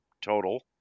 total